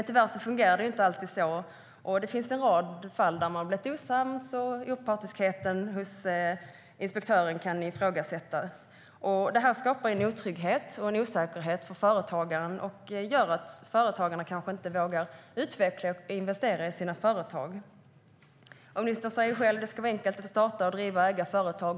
Tyvärr fungerar det inte alltid så, och det finns en rad fall där man har blivit osams och där opartiskheten hos inspektören kan ifrågasättas. Detta skapar en otrygghet och en osäkerhet för företagaren och gör att företagare kanske inte vågar utveckla och investera i sina företag. Ministern säger själv att det ska vara enkelt att starta, driva och äga företag.